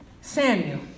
Samuel